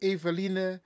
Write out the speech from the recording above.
Eveline